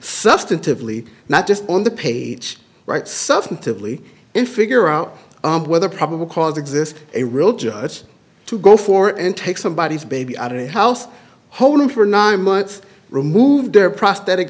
substantively not just on the page right substantively and figure out whether probable cause exists a real judge to go for and take somebody baby out of the house hold them for nine months remove their prosthetic